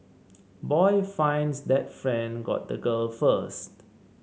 boy finds that friend got the girl first